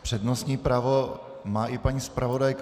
Přednostní právo má i paní zpravodajka.